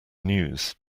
news